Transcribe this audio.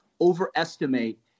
overestimate